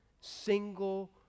single